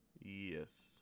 Yes